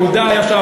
יהודה ישב.